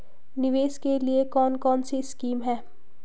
निवेश के लिए कौन कौनसी स्कीम हैं?